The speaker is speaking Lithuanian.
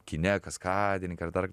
kine kaskadininkai ar dar